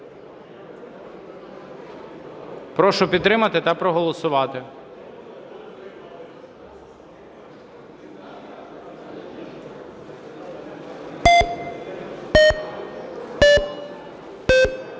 Прошу підтримати та проголосувати.